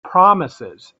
promises